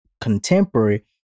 contemporary